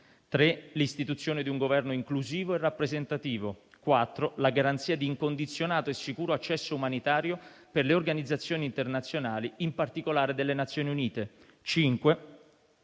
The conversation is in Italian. l'istituzione di un Governo inclusivo e rappresentativo. Quattro: la garanzia di incondizionato e sicuro accesso umanitario per le organizzazioni internazionali, in particolare delle Nazioni Unite.